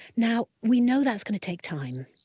now we know that's going to take time,